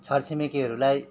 छर छिमेकीहरूलाई